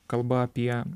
kalba apie